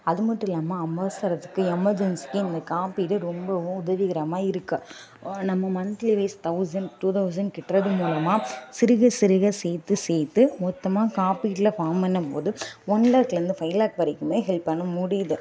அது மட்டும் இல்லாமல் அவசரத்துக்கு எமெர்ஜென்சிக்கு இந்த காப்பீடு ரொம்பவும் உதவிகரமாக இருக்குது நம்ம monthly wise thousand two thousand கட்றது மூலமாக சிறுக சிறுக சேர்த்து சேர்த்து மொத்தமாக காப்பீட்டில் ஃபார்ம் பண்ணும் போது ஒன் லாக்லேருந்து ஃபை லாக் வரைக்குமே ஹெல்ப் பண்ண முடியுது